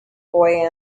boy